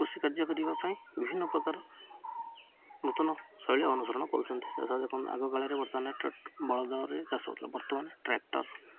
କୃଷି କାର୍ଯ୍ୟ କରିବା ପାଇଁ ବିଭିନ୍ନ ପ୍ରକାର ନୂତନ ଶୈଳୀ ଅନୁସରଣ କରୁଛନ୍ତି ସାଧାରଣତଃ ଦେଖନ୍ତୁ ଆଗକାଳରେ ବର୍ତ୍ତମାନ ବଳଦରେ ଚାଷ ହଉଥିଲା ବର୍ତ୍ତମାନ ଟ୍ରାକ୍ଟର